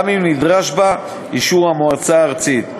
גם אם נדרש בה אישור המועצה הארצית.